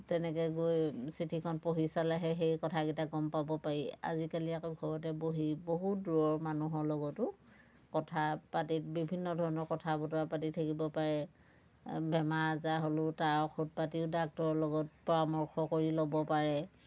তেনেকৈ গৈ চিঠিখন পঢ়ি চালেহে সেই কথাকেইটা গম পাব পাৰি আজিকালি আকৌ ঘৰতে বহি বহুত দূৰৰ মানুহৰ লগতো কথা পাতি বিভিন্ন ধৰনৰ কথা বতৰা পাতি থাকিব পাৰে বেমাৰ আজাৰ হ'লেও তাৰ ঔষধ পাতিও ডাক্তৰৰ লগত পৰামৰ্শ কৰি ল'ব পাৰে